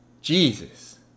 Jesus